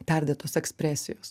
perdėtos ekspresijos